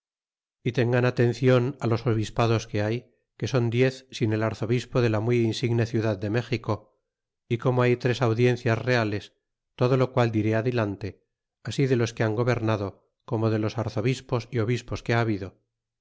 y tengan atencion los obispados que hay que son diez sin el arzobispado de la muy insigne ciudad de méxico y como hay tres audiencias reales todo lo qual diré adelante asi de los que han gobernado como de los arzobispos y obispos que ha habido